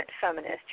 feminist